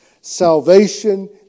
Salvation